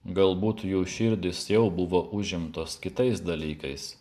gal būtų jų širdys jau buvo užimtos kitais dalykais